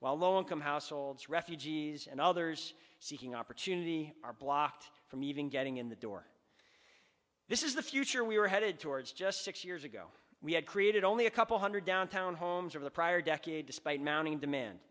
while low income households refugees and others seeking opportunity are blocked from even getting in the door this is the future we were headed towards just six years ago we had created only a couple hundred downtown homes of the prior decade despite mounting demand